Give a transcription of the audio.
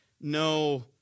no